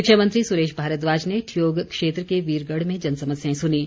शिक्षा मंत्री सुरेश भारद्वाज ने ठियोग क्षेत्र के वीरगढ़ में जनसमस्याएं सुनीं